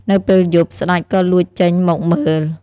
នៅពេលយប់ ស្ដេចក៏លួចចេញមកមើល។